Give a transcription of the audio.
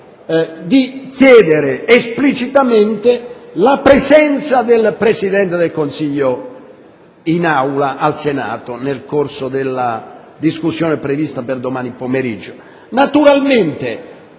ha chiesto esplicitamente la presenza del Presidente del Consiglio al Senato nel corso della discussione prevista per domani pomeriggio.